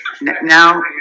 now